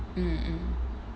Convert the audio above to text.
mm mm